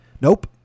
nope